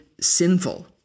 sinful